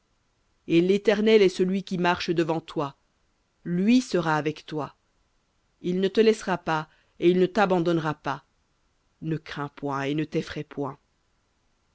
et l'éternel est celui qui marche devant toi lui sera avec toi il ne te laissera pas et il ne t'abandonnera pas ne crains point et ne t'effraye point